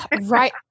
Right